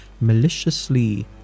maliciously